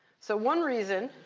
so one reason